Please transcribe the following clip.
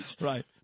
Right